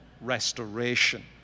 restoration